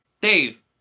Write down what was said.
Dave